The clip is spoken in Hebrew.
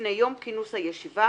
לפני יום כינוס הישיבה